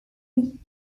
not